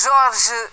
Jorge